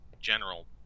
general